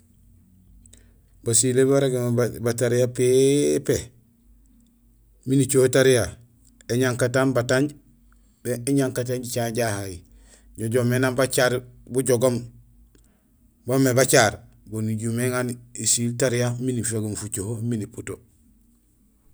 Basilé barégoom mé batariya pépé; miin icoho tariya éñankatang batanj ou bien éñankatang jicañéén jahay. Joomé nang bacar bujogoom baamé bacar bo nijumé iŋaar nisiil tariya miin fégoom fucoho miin iputo.